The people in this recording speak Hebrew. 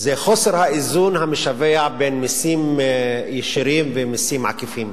זה חוסר האיזון המשווע בין מסים ישירים ומסים עקיפים.